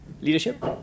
leadership